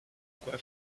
quoi